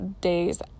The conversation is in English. days